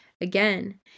again